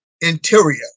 interior